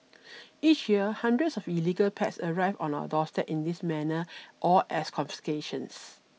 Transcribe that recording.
each year hundreds of illegal pets arrive on our doorstep in this manner or as confiscations